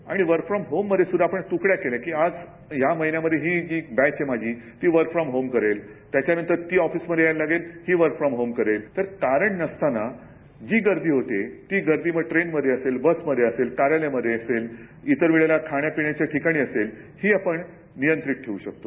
आणि work from होममध्ये सुध्दा आपण त्कड्या केल्या की आज या महिन्यामध्ये ही जी बॅच आहे माझी ही वर्क फ्रॉम करेल त्याच्यानंतर ती ऑफीसमध्ये यायला लागेल ही वर्क फ्रॉम करेल तर कारण नसताना जी गर्दी होते ती गर्दी मग ट्रेनमध्ये असेल बसमध्ये असेल कार्यालयामध्ये असेल ईतर वेळेला खाण्यापिण्याच्या ठिकाणी असेल ही आपण नियंत्रीत ठेव् शकतो